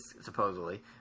supposedly